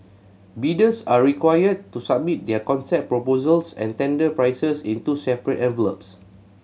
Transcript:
bidders are required to submit their concept proposals and tender prices in two separate envelopes